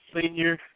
Senior